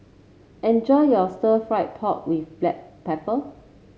enjoy your Stir Fried Pork with Black Pepper